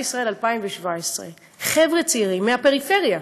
ישראל 2017 חבר'ה צעירים מהפריפריה,